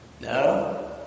No